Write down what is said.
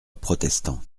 protestant